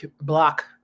block